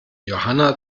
johanna